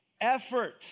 effort